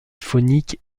faunique